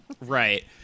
Right